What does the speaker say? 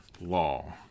law